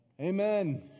Amen